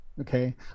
okay